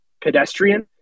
pedestrian